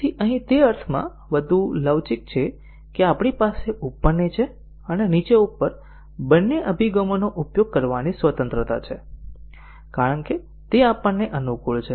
અહીં તે અર્થમાં વધુ લવચીક છે કે આપણી પાસે ઉપર નીચે અને નીચે ઉપર બંને અભિગમોનો ઉપયોગ કરવાની સ્વતંત્રતા છે કારણ કે તે આપણને અનુકૂળ છે